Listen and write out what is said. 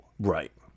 Right